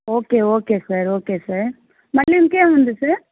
okay okay sir okay sir మళ్ళీ ఇంకా ఏముంది సార్